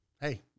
Hey